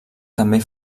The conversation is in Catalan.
també